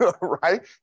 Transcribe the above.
Right